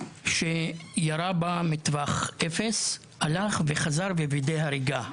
שירה בה מטווח אפס, הלך וחזר ווידא הריגה,